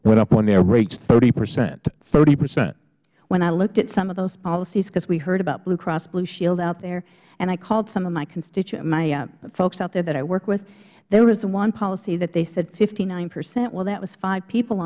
went up on their rates thirty percent thirty percent ms braden when i looked at some of those policies because we heard about bluecross blueshield out there and i called some of my folks out there that i work with there was one policy that they said fifty nine percent well that was five people